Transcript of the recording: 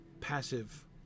Passive